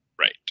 right